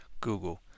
Google